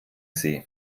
sie